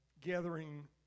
gathering